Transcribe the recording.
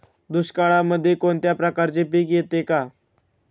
दुष्काळामध्ये कोणत्या प्रकारचे पीक येते का?